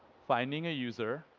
finding a user,